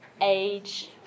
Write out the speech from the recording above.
age